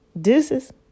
Deuces